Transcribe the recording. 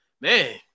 Man